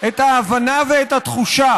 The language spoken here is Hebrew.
את ההבנה ואת התחושה